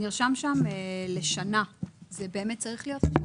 זה מחזור גבולי.